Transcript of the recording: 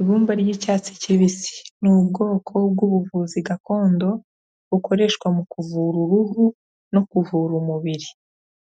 Ibumba ry'icyatsi kibisi, ni ubwoko bw'ubuvuzi gakondo, bukoreshwa mu kuvura uruhu no kuvura umubiri.